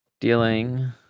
Dealing